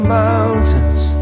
mountains